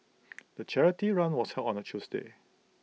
the charity run was held on A Tuesday